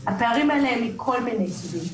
הפערים האלה הם מכל מיני סוגים.